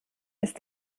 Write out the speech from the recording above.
ist